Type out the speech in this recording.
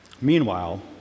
Meanwhile